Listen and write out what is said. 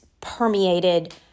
permeated